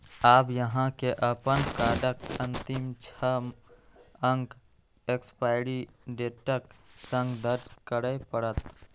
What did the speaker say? आब अहां के अपन कार्डक अंतिम छह अंक एक्सपायरी डेटक संग दर्ज करय पड़त